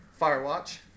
Firewatch